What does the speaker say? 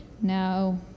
now